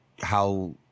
how-